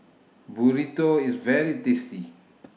Burrito IS very tasty